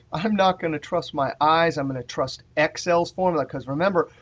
i'm not going to trust my eyes i'm going to trust excel's formula. because remember,